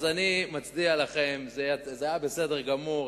אז אני מצדיע לכם, זה היה בסדר גמור.